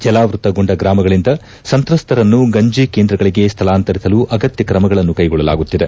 ಜಲಾವೃತಗೊಂಡ ಗ್ರಾಮಗಳಂದ ಸಂತ್ರಸ್ವರನ್ನು ಗಂಜಿ ಕೇಂದ್ರಗಳಗೆ ಸ್ಹಳಾಂತರಿಸಲು ಅಗತ್ಯ ಕ್ರಮಗಳನ್ನು ಕೈಗೊಳ್ಳಲಾಗುತ್ತಿದೆ